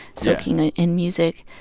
soaking ah in music.